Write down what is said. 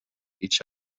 each